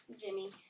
Jimmy